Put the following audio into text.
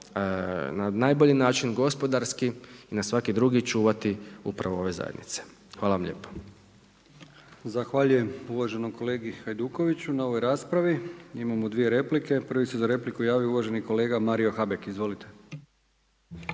na najbolji način, gospodarski i na svaki drugi čuvati upravo ove zajednice. Hvala vam lijepo. **Brkić, Milijan (HDZ)** Zahvaljujem uvaženom kolegi Hajdukoviću na ovoj raspravi. Imamo dvije replike. Prvi se za repliku javio uvaženi kolega Mario Habek. Izvolite.